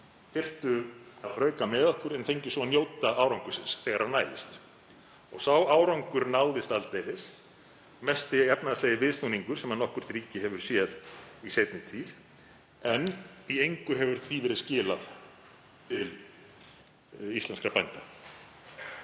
þyrftu að þrauka með okkur en fengju svo njóta árangursins þegar hann næðist. Og sá árangur náðist aldeilis, mesti efnahagslegi viðsnúningur sem nokkurt ríki hefur séð í seinni tíð, en í engu hefur því verið skilað til íslenskra bænda.